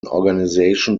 organization